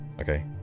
Okay